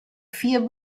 vier